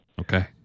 Okay